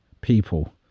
people